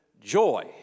joy